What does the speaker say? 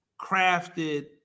crafted